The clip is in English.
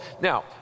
Now